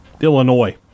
Illinois